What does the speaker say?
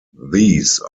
these